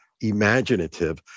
imaginative